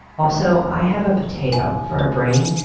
also, i have a potato for a brain,